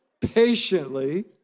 patiently